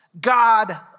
God